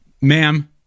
ma'am